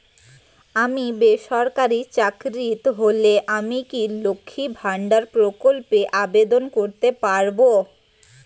আমি বেসরকারি চাকরিরত হলে আমি কি লক্ষীর ভান্ডার প্রকল্পে আবেদন করতে পারব?